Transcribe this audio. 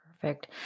Perfect